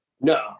No